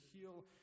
heal